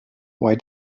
why